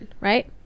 right